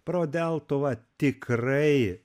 pro deltuvą tikrai